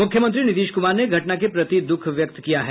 मुख्यमंत्री नीतीश कुमार ने घटना के प्रति दुःख व्यक्त किया है